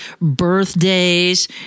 birthdays